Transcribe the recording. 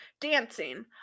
dancing